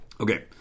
Okay